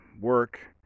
work